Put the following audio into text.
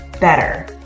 better